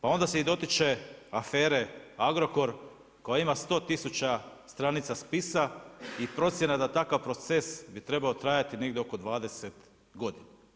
Pa onda se i dotiče afere Agrokor koja ima 100 tisuća stranica spisa i procjena da takav proces bi trebao trajati negdje oko 20 godina.